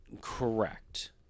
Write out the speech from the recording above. Correct